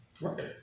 Right